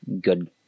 good